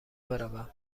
بروم